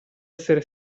essere